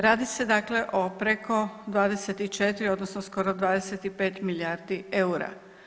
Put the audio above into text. Radi se dakle o preko 24 odnosno skoro 25 milijardi eura.